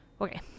Okay